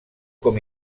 com